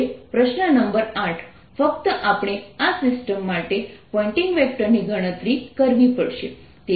હવે પ્રશ્ન નંબર 8 ફક્ત આપણે આ સિસ્ટમ માટે પોઇન્ટિંગ વેક્ટર ની ગણતરી કરવી પડશે